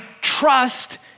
trust